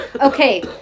Okay